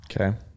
Okay